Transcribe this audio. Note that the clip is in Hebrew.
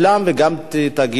חסון ורוברט טיבייב לא הספיקו